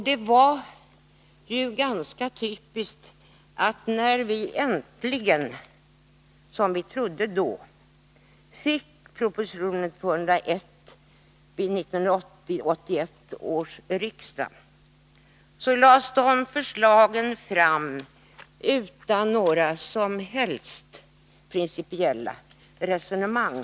Det var ganska typiskt att när vi äntligen fick propositionen 201 vid 1980/81 års riksmöte, lades förslagen fram utan några som helst principiella resonemang.